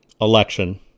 election